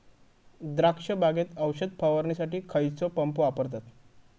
द्राक्ष बागेत औषध फवारणीसाठी खैयचो पंप वापरतत?